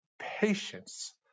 patience